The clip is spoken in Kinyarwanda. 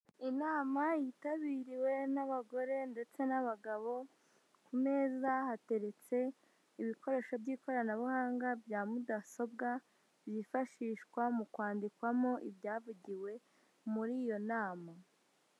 Inama yitabiriwe n'abagore ndetse n'abagabo, ku meza hateretse ibikoresho by'ikoranabuhanga bya mudasobwa, byifashishwa mu kwandikwamo ibyavugiwe muri iyo nama.